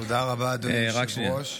תודה רבה, אדוני היושב-ראש.